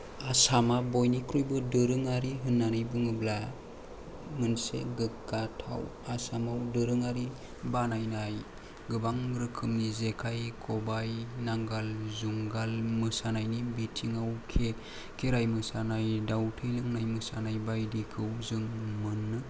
आसामा बयनिख्रुइबो दोरोंआरि होन्नानै बुङोब्ला मोनसे गोग्गाथाव आसामाव दोरोंआरि बानायनाय गोबां रोखोमनि जेखाइ खबाइ नांगोल जुंगाल मोसानायनि बिथिंआव खेराइ मोसानाय दाव थै लोंनाय मोसानाय बायदिखौ जों मोननो